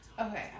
Okay